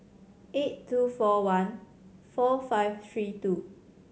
eight two four one four five three two